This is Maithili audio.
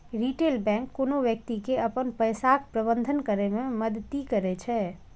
रिटेल बैंक कोनो व्यक्ति के अपन पैसाक प्रबंधन करै मे मदति करै छै